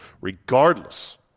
regardless